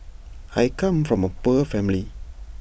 I come from A poor family